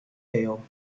ale